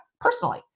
personally